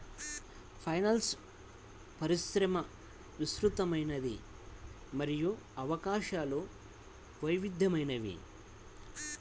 finance పరిశ్రమ విస్తృతమైనది మరియు అవకాశాలు వైవిధ్యమైనవి